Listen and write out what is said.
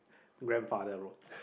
grandfather road